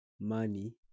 money